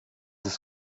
ist